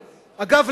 אגב,